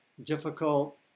difficult